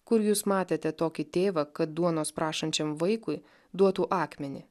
kur jūs matėte tokį tėvą kad duonos prašančiam vaikui duotų akmenį